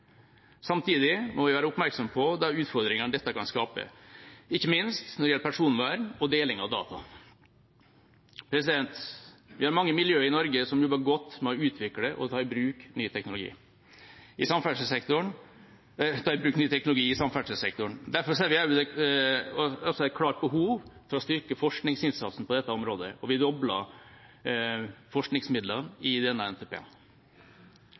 Samtidig må vi være oppmerksom på de utfordringene dette kan skape, ikke minst når det gjelder personvern og deling av data. Vi har mange miljø i Norge som jobber godt med å utvikle og ta i bruk ny teknologi i samferdselssektoren. Derfor ser vi også et klart behov for å styrke forskningsinnsatsen på dette området, og vi dobler forskningsmidlene i denne